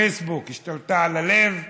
פייסבוק השתלטה על הלב,